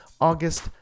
August